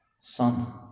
son